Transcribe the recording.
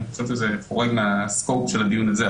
אני חושב שזה חורג מהסקופ של הדיון הזה.